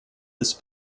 this